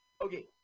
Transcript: Okay